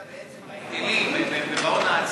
אלא בהיטלים ובהון העצמי.